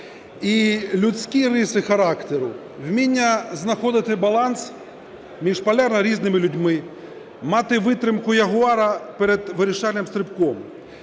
і людські риси характеру, вміння знаходити баланс між полярно різними людьми, мати витримку ягуара перед вирішальним стрибком.